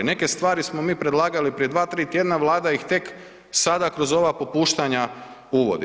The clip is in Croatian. Neke stvari smo mi predlagali prije 2-3 tjedna, Vlada ih tek sada kroz ova popuštanja uvodi.